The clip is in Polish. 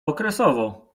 okresowo